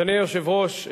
אדוני היושב-ראש,